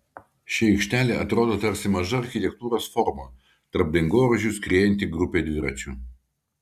ši aikštelė atrodo tarsi maža architektūros forma tarp dangoraižių skriejanti grupė dviračių